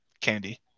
candy